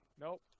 Nope